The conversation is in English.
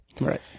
right